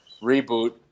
reboot